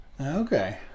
Okay